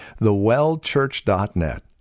thewellchurch.net